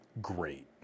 great